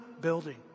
building